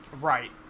Right